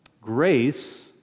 grace